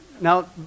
Now